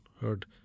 heard